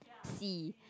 C